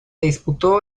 disputó